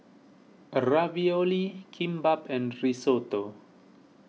Ravioli Kimbap and Risotto